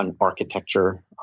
architecture